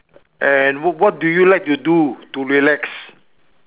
and what what do you like to do to relax